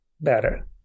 better